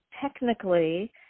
technically